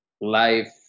Life